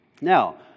Now